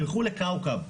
תלכו לכאוכב.